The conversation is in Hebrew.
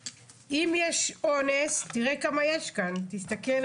אם יש אונס תראה כמה מקרים יש כאן --- רגע,